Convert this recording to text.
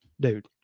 dude